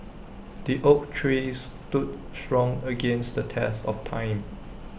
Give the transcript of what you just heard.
the oak tree stood strong against the test of time